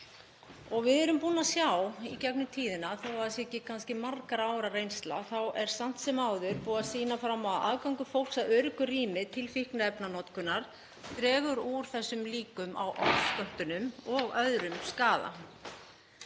Við erum búin að sjá það í gegnum tíðina, þó að það sé ekki kannski margra ára reynsla þá er samt sem áður búið að sýna fram á að aðgangur fólks að öruggu rými til fíkniefnanotkunar dregur úr líkum á ofskömmtunum og öðrum skaða.